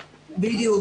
מדבר,